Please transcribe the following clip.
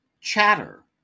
Chatter